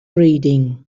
reading